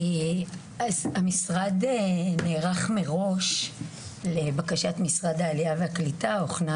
המשרד נערך מראש ולבקשת משרד העלייה והקליטה הוכנה